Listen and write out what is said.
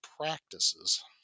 practices